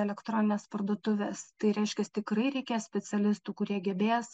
elektronines parduotuves tai reiškias tikrai reikės specialistų kurie gebės